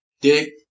Dick